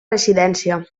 residència